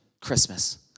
Christmas